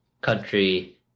country